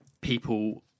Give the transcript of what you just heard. people